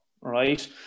right